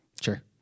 Sure